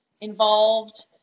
involved